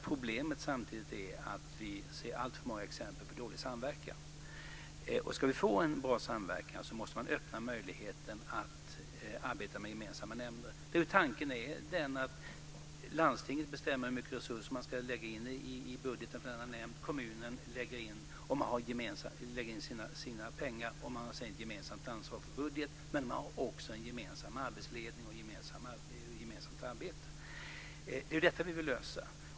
Problemet är att vi samtidigt ser alltför många exempel på dålig samverkan. Ska vi få en bra samverkan måste man öppna möjligheten att arbeta med gemensamma nämnder. Tanken är den att landstinget bestämmer hur mycket resurser man ska lägga in i budgeten för denna nämnd, kommunen lägger in sina pengar och man har sedan ett gemensamt ansvar för budgeten. Man har också en gemensam arbetsledning och ett gemensamt arbete. Det är ju detta vi vill lösa.